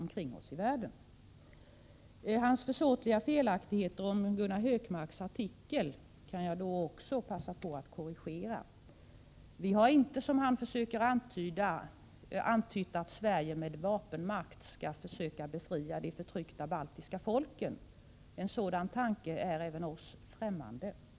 Sture Ericsons försåtliga felaktigheter om Gunnar Hökmarks artikel kan jag också passa på att korrigera. Vi har inte, som Sture Ericson försökte antyda, sagt att Sverige med vapenmakt skall försöka befria de förtryckta baltiska folken. En sådan tanke är även oss främmande. Vad Gunnar = Prot.